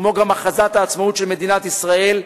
כמו גם הכרזת העצמאות של מדינת ישראל,